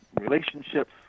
Relationships